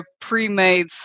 pre-made